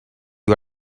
you